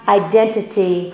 identity